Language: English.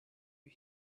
you